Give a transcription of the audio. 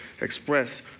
express